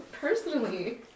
personally